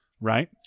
right